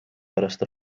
pärast